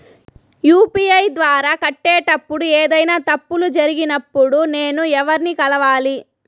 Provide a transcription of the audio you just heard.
UPI ద్వారా కట్టేటప్పుడు ఏదైనా తప్పులు జరిగినప్పుడు నేను ఎవర్ని కలవాలి?